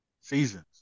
Seasons